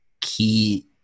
key